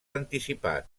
anticipat